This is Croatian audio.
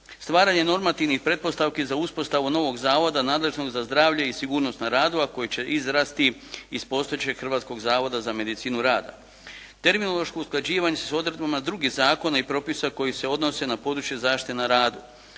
stvaranje normativnih pretpostavki za uspostavu novog zavoda nadležnog za zdravlje i sigurnost na radu, a koji će izrasti iz postojećeg Hrvatskog zavoda za medicinu rada. Terminološko usklađivanje s odredbama drugih zakona i propisa koji se odnose na područje zaštite na radu.